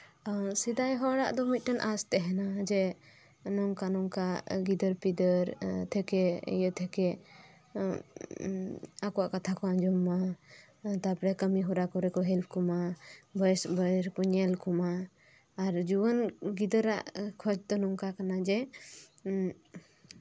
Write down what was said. ᱥᱮᱫᱟᱭ ᱦᱚᱲᱟᱜ ᱫᱚ ᱢᱤᱫᱴᱮᱱ ᱟᱥ ᱛᱟᱦᱮᱸ ᱠᱟᱱᱟ ᱡᱮ ᱱᱚᱝᱠᱟ ᱱᱚᱝᱠᱟ ᱜᱤᱫᱟᱹᱨ ᱯᱤᱫᱟᱹᱨ ᱛᱷᱮᱠᱮ ᱤᱭᱟᱹ ᱛᱷᱮᱠᱮ ᱟᱠᱚᱣᱟᱜ ᱠᱟᱛᱷᱟ ᱠᱚ ᱟᱸᱡᱚᱢ ᱢᱟ ᱛᱟᱨᱯᱚᱨᱮ ᱠᱟᱹᱢᱤ ᱦᱚᱨᱟ ᱠᱚᱨᱮ ᱠᱚ ᱦᱮᱞᱯ ᱠᱚᱢᱟ ᱵᱚᱭᱮᱥ ᱩᱢᱮᱨ ᱨᱮᱠᱚ ᱧᱮᱞ ᱠᱚᱢᱟ ᱟᱨ ᱡᱩᱣᱟᱹᱱ ᱜᱤᱫᱽᱨᱟᱹ ᱟᱜ ᱠᱷᱚᱡ ᱫᱚ ᱱᱚᱝᱠᱟ ᱠᱟᱱᱟ ᱡᱮ